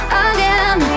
again